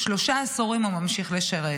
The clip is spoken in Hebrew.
ושלושה עשורים הוא ממשיך לשרת.